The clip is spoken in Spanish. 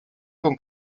con